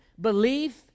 belief